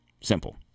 Simple